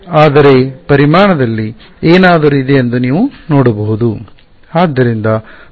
ಆದರೆ ಪರಿಮಾಣದಲ್ಲಿ ಏನಾದರೂ ಇದೆ ಎಂದು ನೀವು ನೋಡಬಹುದು